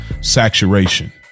saturation